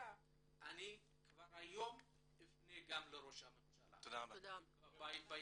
כבר היום אפנה גם לראש הממשלה בעניין.